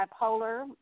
bipolar